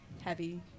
heavy